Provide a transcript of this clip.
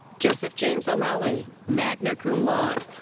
joseph james o malley, magna cum laude.